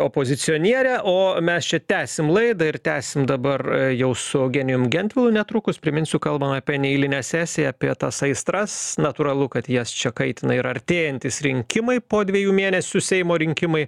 opozicionierė o mes čia tęsim laidą ir tęsim dabar jau su eugenijum gentvilu netrukus priminsiu kalbam apie neeilinę sesiją apie tas aistras natūralu kad jas čia kaitina ir artėjantys rinkimai po dviejų mėnesių seimo rinkimai